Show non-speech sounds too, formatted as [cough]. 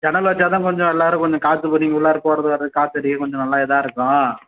ஜன்னல் வச்சால் தான் கொஞ்சம் எல்லாரும் கொஞ்சம் காற்று [unintelligible] உள்ளார போகிறது வரதுக்கு காற்று அடிக்கிறதுக்கு கொஞ்சம் நல்லா இதாக இருக்கும்